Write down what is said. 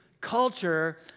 culture